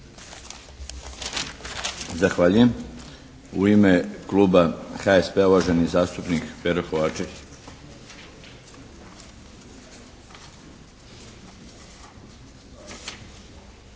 Zahvaljujem. U ime Kluba HSP-a uvaženi zastupnik Pero